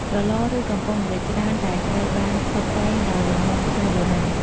ក្រឡ ឬ កំប៉ុងម្រេចច្រើនតែត្រូវបានតុបតែងដោយលំនាំខ្មែរបុរាណ។